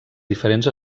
diferents